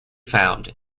found